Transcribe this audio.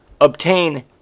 obtain